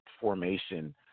formation